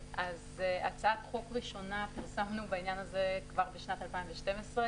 הצעת חוק ראשונה פרסמנו בעניין הזה כבר בשנת 2012,